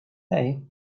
hej